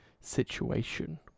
situation